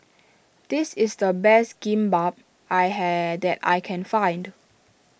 this is the best Kimbap I had that I can find